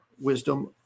wisdom